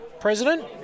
president